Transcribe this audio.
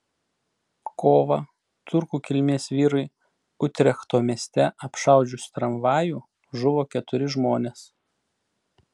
kovą turkų kilmės vyrui utrechto mieste apšaudžius tramvajų žuvo keturi žmonės